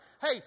Hey